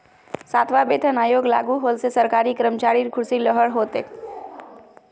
सातवां वेतन आयोग लागू होल से सरकारी कर्मचारिर ख़ुशीर लहर हो तोक